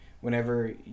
Whenever